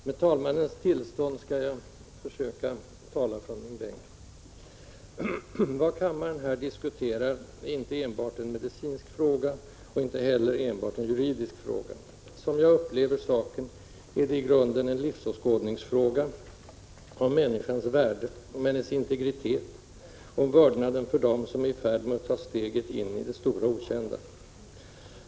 Fru talman! Vad kammaren här diskuterar är inte enbart en medicinsk fråga. Inte heller är det enbart en juridisk fråga. Så som jag upplever saken är det i grunden en livsåskådningsfråga — en fråga om människans värde, om hennes integritet, om vördnaden för dem som är i färd med att taga steget in i det stora okända.